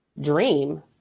dream